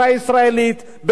בנושאים בנטל.